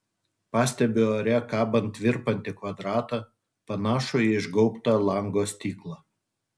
pastebiu ore kabant virpantį kvadratą panašų į išgaubtą lango stiklą